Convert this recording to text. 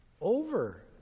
Over